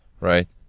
Right